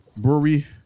Brewery